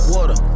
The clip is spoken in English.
Water